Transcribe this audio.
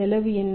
செலவு என்ன